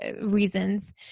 reasons